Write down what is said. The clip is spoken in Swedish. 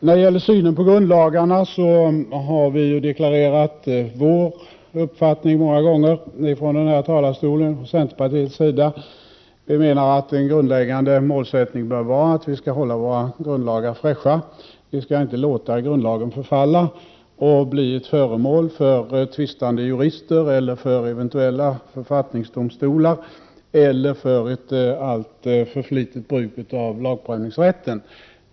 När det gäller synen på grundlagarna har vi från centerpartiets sida många gånger deklarerat vår uppfattning från denna talarstol. Vi menar att en grundläggande målsättning bör vara att grundlagarna skall hållas fräscha och inte tillåtas förfalla och bli föremål för tvistande jurister eller eventuella författningsdomstolar eller för ett alltför flitigt bruk av lagprövningsrätten.